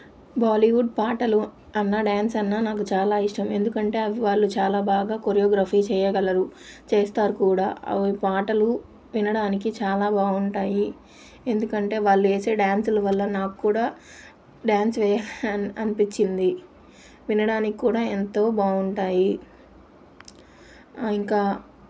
బాలీవుడ్ పాటలు అన్నా డ్యాన్స్ అన్నా నాకు చాలా ఇష్టం ఎందుకంటే అవి వాళ్ళు చాలా బాగా కొరియోగ్రఫీ చెయ్యగలరు చేస్తారు కూడా అవి పాటలు వినడానికి చాలా బాగుంటాయి ఎందుకంటే వాళ్ళు వేసే డ్యాన్సుల వల్ల నాక్కూడా డ్యాన్స్ వే అన్ అనిపించింది వినడానిక్కూడా ఎంతో బాగుంటాయి ఇంకా